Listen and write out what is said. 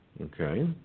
Okay